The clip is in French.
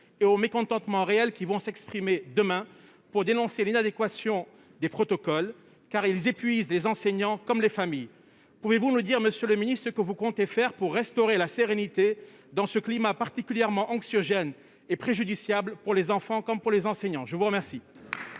et à ce mécontentement réel, lesquels vont s'exprimer demain pour dénoncer l'inadéquation de protocoles qui épuisent les enseignants comme les familles ? Pouvez-vous nous dire, enfin, ce que vous comptez faire pour restaurer la sérénité dans ce climat particulièrement anxiogène et préjudiciable pour les enfants comme pour les enseignants ? La parole